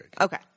Okay